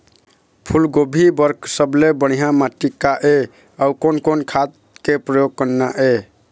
फूलगोभी बर सबले बढ़िया माटी का ये? अउ कोन कोन खाद के प्रयोग करना ये?